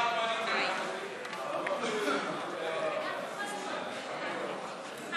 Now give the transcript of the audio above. ההצעה להעביר לוועדה את הצעת חוק הגיור (הוראת שעה),